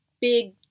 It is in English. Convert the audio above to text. big